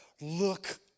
look